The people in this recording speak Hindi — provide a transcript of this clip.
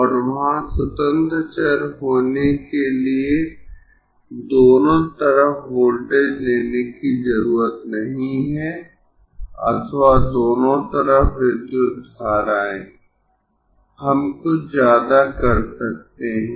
और वहां स्वतंत्र चर होने के लिए दोनों तरफ वोल्टेज लेने की जरूरत नहीं है अथवा दोनों तरफ विद्युत धाराएं हम कुछ ज्यादा कर सकते है